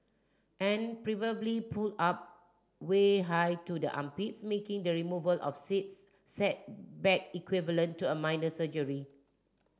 and preferably pulled up way high to the armpits making the removal of says said bag equivalent to a minor surgery